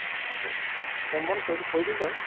কম অকণ কৰি দিম বাৰু